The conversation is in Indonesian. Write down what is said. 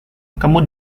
kamu